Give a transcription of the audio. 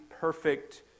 perfect